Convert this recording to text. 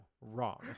wrong